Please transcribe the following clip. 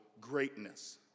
greatness